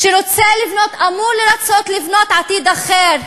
שרוצה לבנות, אמור לרצות לבנות, עתיד אחר.